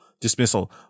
dismissal